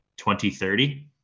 2030